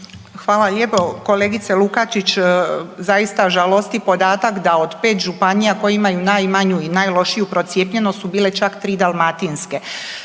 vam lijepo, kolegice Lukačić. Zaista žalosti podatak da od 5 županija koje imaju najmanju i najlošiju procijepljenost su bile čak tri dalmatinske.